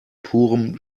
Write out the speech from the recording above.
purem